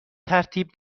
ترتیب